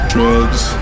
Drugs